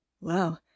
Wow